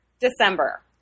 December